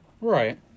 right